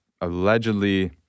allegedly